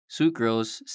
sucrose